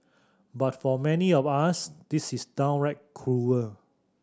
but for many of us this is downright cruel